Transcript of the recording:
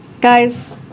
Guys